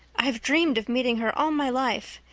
i've dreamed of meeting her all my life.